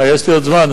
יש לי עוד זמן,